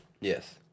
Yes